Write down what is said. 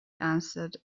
answered